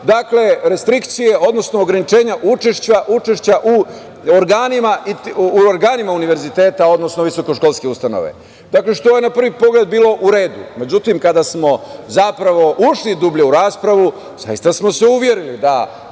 restrikcije, odnosno ograničenja učešća u organima univerziteta, odnosno visokoškolske ustanove. To je na prvi pogled bilo u redu. Međutim, kada smo zapravo ušli dublje u raspravu, zaista smo se uverili da